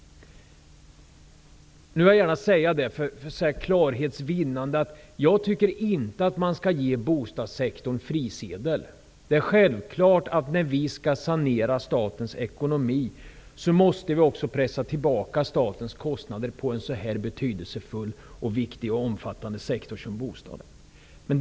För klarhets vinnande: Jag anser inte att man skall ge bostadssektorn frisedel. Det är självklart att när statens ekonomi skall saneras måste också statens kostnader pressas tillbaka på ett sådant betydelsefullt och omfattande område som bostadssektorn.